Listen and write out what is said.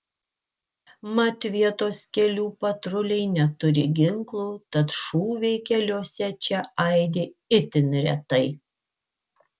mat vietos kelių patruliai neturi ginklų tad šūviai keliuose čia aidi itin retai